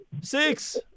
Six